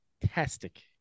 fantastic